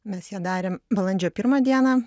mes ją darėm balandžio pirmą dieną